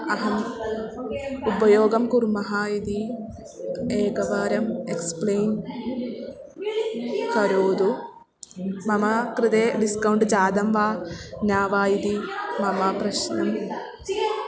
अहम् उपयोगं कुर्मः इति एकवारम् एक्स्प्लैन् करोतु मम कृते डिस्कौण्ट् जातं वा न वा इति मम प्रश्नः